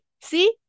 see